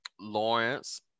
lawrence